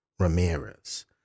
Ramirez